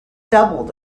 doubled